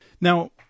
Now